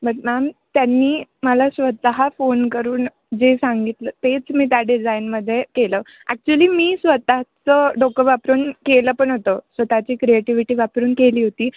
but ma'am त्यांनी मला स्वतः फोन करून जे सांगितलं तेच मी त्या डिझाईनमध्ये केलं ॲक्च्युली मी स्वतःचं डोकं वापरून केलं पण होतं स्वतःची क्रिएटिव्हिटी वापरून केली होती